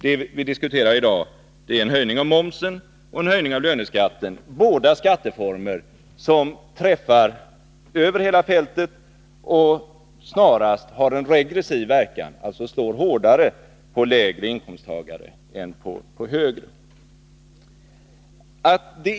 Vad vi diskuterar i dag är en höjning av momsen och löneskatten, båda skatteformer som drabbar över hela fältet och snarast har en regressiv verkan, dvs. slår hårdare när det gäller lägre inkomsttagare än beträffande högre inkomsttagare.